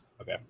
Okay